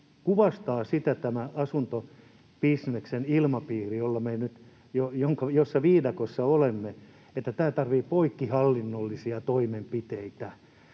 kuvastaa sitä, että tämä asuntobisneksen ilmapiiri, jossa viidakossa olemme, tarvitsee poikkihallinnollisia toimenpiteitä,